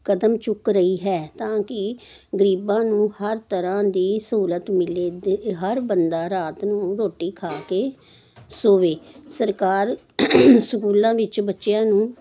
ਕਦਮ ਚੁੱਕ ਰਹੀ ਹੈ ਤਾਂ ਕਿ ਗਰੀਬਾਂ ਨੂੰ ਹਰ ਤਰ੍ਹਾਂ ਦੀ ਸਹੂਲਤ ਮਿਲੇ ਦ ਹਰ ਬੰਦਾ ਰਾਤ ਨੂੰ ਰੋਟੀ ਖਾ ਕੇ ਸੋਵੇ ਸਰਕਾਰ ਸਕੂਲਾਂ ਵਿੱਚ ਬੱਚਿਆਂ ਨੂੰ